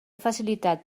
facilitat